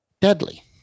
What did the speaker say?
deadly